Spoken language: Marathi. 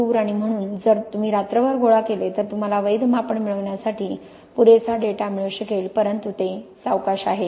दूर आणि म्हणून जर तुम्ही रात्रभर गोळा केले तर तुम्हाला वैध मापन मिळविण्यासाठी पुरेसा डेटा मिळू शकेल परंतु ते सावकाश आहे